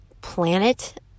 planet